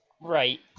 Right